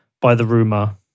by-the-rumor